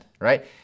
right